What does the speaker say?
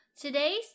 today's